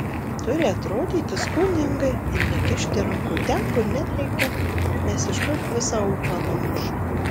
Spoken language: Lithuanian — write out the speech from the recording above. turi atrodyti skoningai ir nekišti rankų ten kur nereikia nes iškart visą ūpą numuša